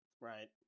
Right